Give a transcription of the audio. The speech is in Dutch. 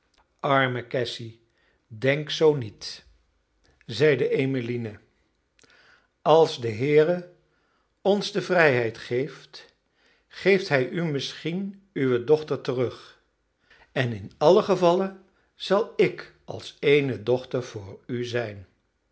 arme cassy denk zoo niet zeide emmeline als de heere ons de vrijheid geeft geeft hij u misschien uwe dochter terug en in allen gevalle zal ik als eene dochter voor u zijn